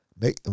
make